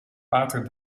pater